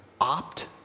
opt